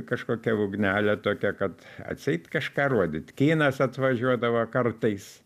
kažkokia ugnelė tokia kad atseit kažką rodyt kinas atvažiuodavo kartais